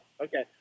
Okay